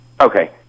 Okay